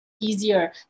easier